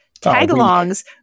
Tagalongs